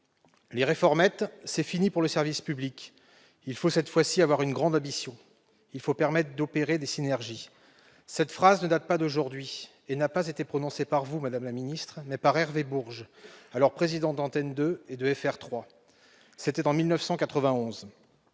Les réformettes, c'est fini pour le service public. Il faut cette fois-ci avoir une grande ambition. Il faut permettre d'opérer des synergies. » Cette phrase ne date pas d'aujourd'hui. Elle a été prononcée non par vous, madame la ministre, mais par Hervé Bourges, alors président d'Antenne 2 et de FR3, en 1991.